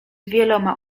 wieloma